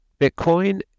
Bitcoin